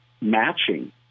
matching